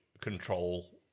control